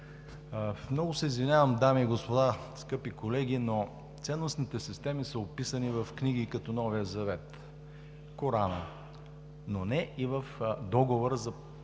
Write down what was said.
Много се извинявам, дами и господа, скъпи колеги, но ценностните системи са описани в книги като Новия завет, Корана, но не и в Договора за един